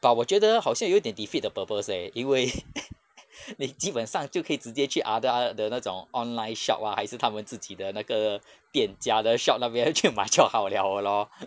but 我觉得好像有点 defeat the purpose leh 因为 你基本上就可以直接去 other 的那种 online shop ah 还是他们自己的那个店家的 shop 那边去买就好了 lor